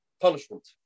punishment